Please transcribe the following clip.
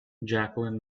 jacqueline